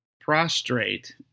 prostrate